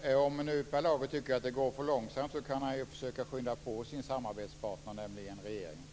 Herr talman! Om nu Per Lager tycker att det går för långsamt kan han ju försöka skynda på sin samarbetspartner, nämligen regeringen.